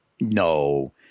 no